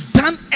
done